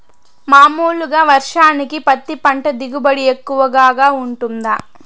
మామూలుగా వర్షానికి పత్తి పంట దిగుబడి ఎక్కువగా గా వుంటుందా?